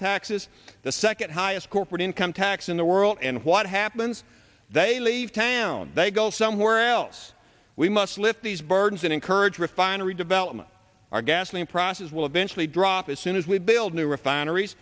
taxes the second highest corporate income tax in the world and what happens they leave town they go somewhere else we must lift these burdens and encourage refinery development our gasoline prices will eventually drop as soon as we build new refineries